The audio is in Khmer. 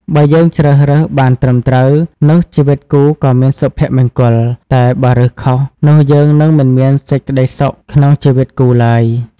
បើយើងជ្រើសរើសបានត្រឹមត្រូវ នោះជីវិតគូក៏មានសុភមង្គល តែបើរើសខុសនោះយើង និងមិនមានក្ដីសុខក្នុងជីវិតគូឡើយ។